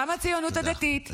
גם הציונות הדתית.